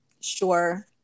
Sure